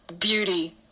beauty